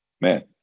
Man